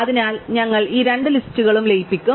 അതിനാൽ ഞങ്ങൾ ഈ രണ്ട് ലിസ്റ്റുകളും ലയിപ്പിക്കും